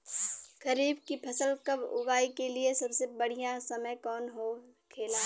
खरीफ की फसल कब उगाई के लिए सबसे बढ़ियां समय कौन हो खेला?